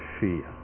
fear